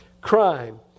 Crime